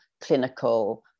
clinical